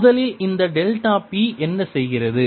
முதலில் இந்த delta p என்ன செய்கிறது